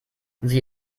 sie